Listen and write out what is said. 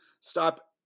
stop